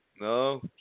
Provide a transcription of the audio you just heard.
No